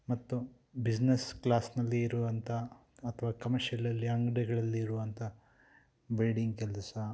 ಮತ್ತು ಬಿಸ್ನೆಸ್ ಕ್ಲಾಸ್ನಲ್ಲಿ ಇರುವಂಥ ಅಥವಾ ಕಮರ್ಷಿಯಲ್ಲಲ್ಲಿ ಅಂಗಡಿಗಳಲ್ಲಿ ಇರುವಂಥ ವೆಲ್ಡಿಂಗ್ ಕೆಲಸ